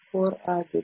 384 ಆಗಿದೆ